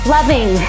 Loving